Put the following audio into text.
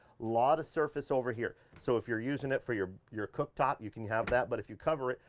lot of surface over here. so if you're using it for your your cooktop, you can have that but if you cover it,